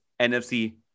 NFC